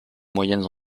moyennes